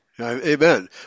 Amen